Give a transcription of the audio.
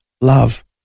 love